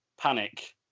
panic